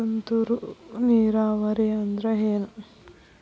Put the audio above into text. ತುಂತುರು ನೇರಾವರಿ ಅಂದ್ರ ಏನ್?